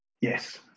Yes